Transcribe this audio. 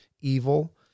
evil